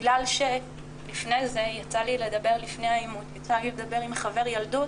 ובגלל שלפני העימות יצא לי לדבר עם חבר ילדות,